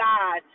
God